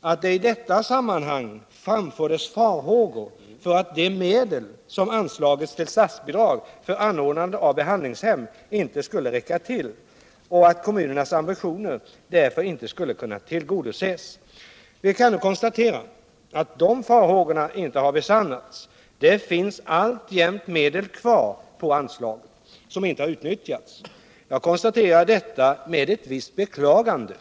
att det i detta sammanhang framfördes farhågor för att de medel som anslagits till statsbidrag för anordnande av behandlingshem inte skulle räcka till och att kommunernas ambitioner därför inte skulle kunna Nr 159 tillgodoses. Onsdagen den Vi kan nu konstatera att de farhågorna inte besannats. Det finns alltjämt 31 maj 1978 ' medel kvar på anslaget, som inte har utnyttjats. Jag konstaterade detta med ett visst beklagande.